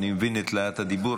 אני מבין את להט הדיבור,